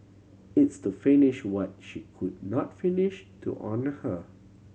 it's to finish what she could not finish to honour her